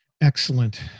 Excellent